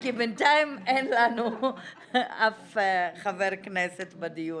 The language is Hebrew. כי בינתיים אין לנו אף חבר כנסת בדיון.